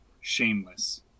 shameless